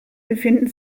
befinden